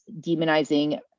demonizing